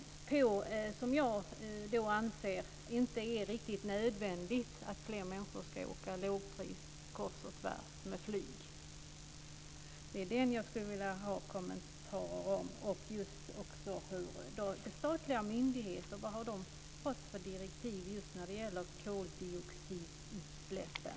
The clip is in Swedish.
Jag anser inte att det är riktigt nödvändigt att fler människor ska åka lågpris kors och tvärs med flyg. Det är detta som jag skulle vilja ha kommentarer om. Och vad har statliga myndigheter fått för direktiv just när det gäller koldioxidutsläppen?